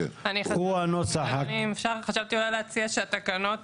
הוא הנוסח --- חשבתי אולי להציע שהתקנות,